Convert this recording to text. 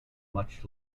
much